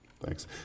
Thanks